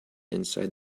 inside